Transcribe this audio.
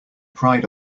pride